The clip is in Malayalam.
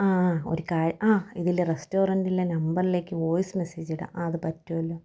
ആ ആ ഒരു കാര്യം ആ ഇതിലെ റെസ്റ്റോറെൻറ്റിലെ നമ്പറിലേക്കു വോയ്സ് മെസ്സേജ് ഇടാം ആ അതു പറ്റുമല്ലോ